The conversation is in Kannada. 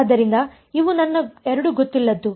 ಆದ್ದರಿಂದ ಇವು ನನ್ನ 2 ಗೊತ್ತಿಲ್ಲದ್ದು